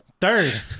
Third